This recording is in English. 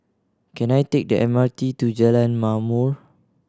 can I take the M R T to Jalan Ma'mor